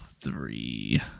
three